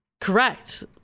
correct